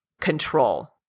control